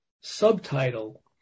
subtitle